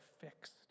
fixed